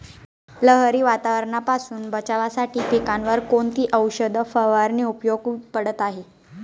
लहरी वातावरणापासून बचावासाठी पिकांवर कोणती औषध फवारणी उपयोगी पडत आहे?